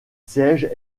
siège